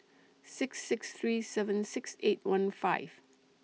six six three seven six eight one five